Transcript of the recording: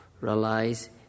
realize